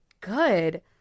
Good